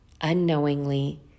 unknowingly